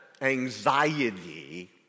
anxiety